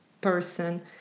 person